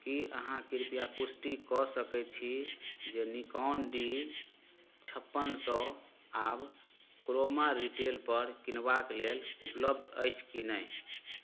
की अहाँ कृपया पुष्टि कऽ सकैत छी जे निकॉन डी छप्पन सए आब क्रोमा रिटेल पर किनबाक लेल उपलब्ध अछि कि नहि